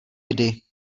kdy